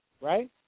right